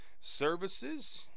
services